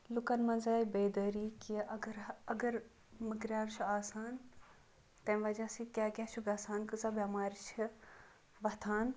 لُکَن مَنٛز آیہِ بے دٲری کہِ اگر اگر مٔکریار چھُ آسان تمہِ وَجہ سۭتۍ کیاہ کیاہ چھُ گَژھان کیژاہ بیٚمارِ چھِ وۄتھان